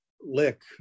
lick